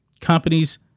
companies